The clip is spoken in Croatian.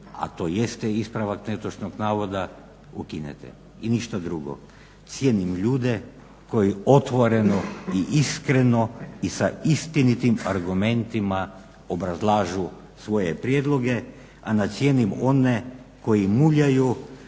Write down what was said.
a tj. ispravak netočnog navoda ukinete, i ništa drugo. Cijenim ljude koji otvoreno, i iskreno, i sa istinitim argumentima obrazlažu svoje prijedloge, a ne cijenim one koji muljaju,